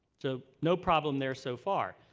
so, no problem there so far.